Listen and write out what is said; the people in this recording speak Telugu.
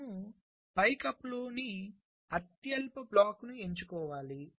మనము పైకప్పులోని అత్యల్ప బ్లాక్ను ఎంచుకోవాలి